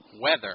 weather